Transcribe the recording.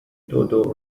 dodo